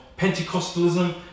Pentecostalism